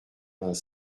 vingt